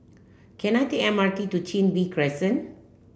can I take M R T to Chin Bee Crescent